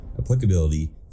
applicability